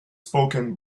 spoken